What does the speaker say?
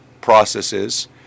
processes